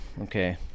Okay